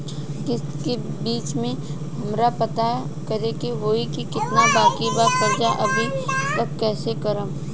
किश्त के बीच मे हमरा पता करे होई की केतना बाकी बा कर्जा अभी त कइसे करम?